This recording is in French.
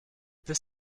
peut